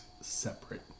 separate